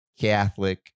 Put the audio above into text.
Catholic